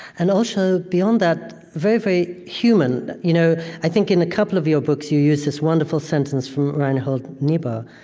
and also, beyond that, very, very human, you know i i think in a couple of your books you use this wonderful sentence from reinhold niebuhr,